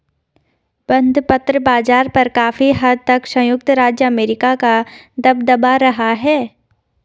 बंधपत्र बाज़ार पर काफी हद तक संयुक्त राज्य अमेरिका का दबदबा रहा है